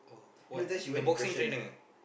oh what the boxing trainer